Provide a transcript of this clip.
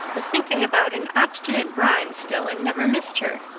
was thinking about an obstinate rhyme still and never missed her.